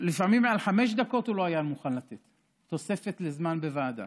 לפעמים תוספת לזמן בוועדה